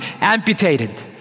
amputated